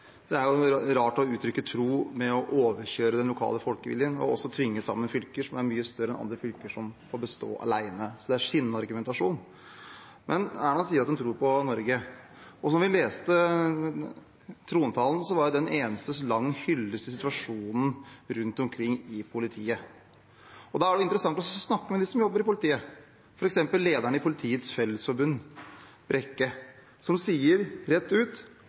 Det er rart å uttrykke tro med å overkjøre den lokale folkeviljen og tvinge sammen fylker som er mye større enn fylker som får bestå alene. Så det er skinnargumentasjon. Erna Solberg sier at hun tror på Norge. Slik vi leste trontalen, var den en eneste lang hyllest til situasjonen rundt omkring i politiet. Da er det interessant å snakke med dem som jobber i politiet, f.eks. lederen i Politiets Fellesforbund, Bolstad, som sier rett ut